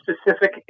specific